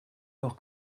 heure